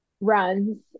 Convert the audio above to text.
runs